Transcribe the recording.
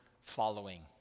following